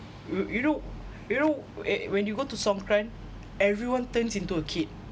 you you know you know whe~ when you go to songkran everyone turns into a kid